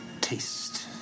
taste